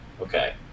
Okay